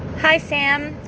hi, sam.